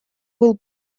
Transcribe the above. был